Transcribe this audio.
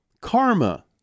karma